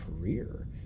career